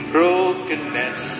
Brokenness